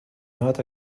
not